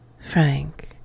Frank